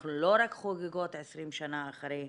אנחנו לא רק חוגגות 20 שנה אחרי,